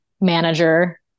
manager